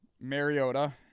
Mariota